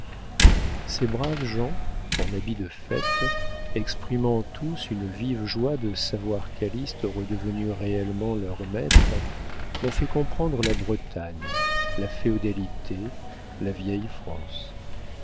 ces braves gens en habits de fête exprimant tous une vive joie de savoir calyste redevenu réellement leur maître m'ont fait comprendre la bretagne la féodalité la vieille france